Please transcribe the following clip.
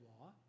law